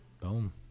Boom